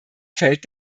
feld